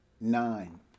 Nine